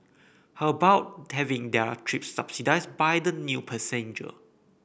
how about having their trip subsidised by the new passenger